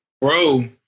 Bro